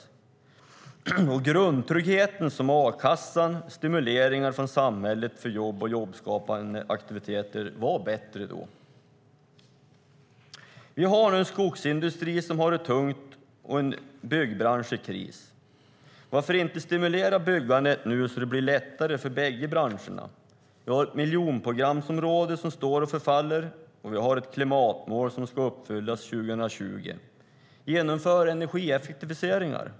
Grundtryggheten, som a-kassan, stimulanser från samhället till jobb och jobbskapande aktiviteter, var bättre då. Vi har en skogsindustri som har det tungt och en byggbransch i kris. Varför inte stimulera byggandet nu så att det blir lättare för bägge branscherna? Vi har miljonprogramsområden som står och förfaller, och vi har ett klimatmål som ska uppfyllas 2020. Genomför energieffektiviseringar!